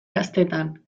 gaztetan